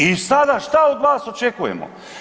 I sada šta od vas očekujemo?